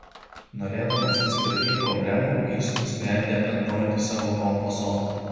norėdamas atsikratyt problemų jis nusprendė atnaujinti savo kompo softą